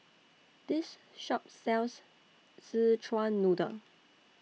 This Shop sells Szechuan Noodle